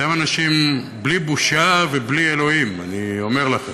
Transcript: אתם אנשים בלי בושה ובלי אלוהים, אני אומר לכם.